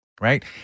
right